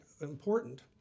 important